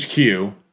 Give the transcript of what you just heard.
HQ